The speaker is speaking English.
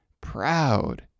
proud